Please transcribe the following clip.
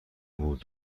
بود